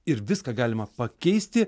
ir viską galima pakeisti